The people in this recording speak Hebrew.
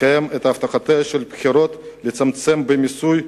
תקיים את הבטחותיה מהבחירות לצמצם את המיסוי,